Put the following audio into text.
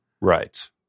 Right